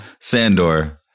Sandor